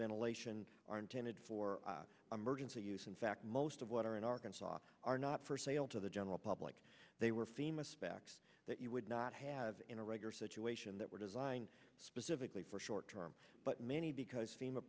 ventilation are intended for emergency use in fact most of what are in arkansas are not for sale to the general public they were famous back that you would not have in a regular situation that were designed specifically for short term but many because fema